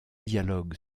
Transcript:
dialogue